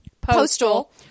Postal